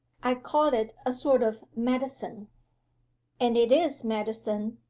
i call it a sort of medicine and it is medicine.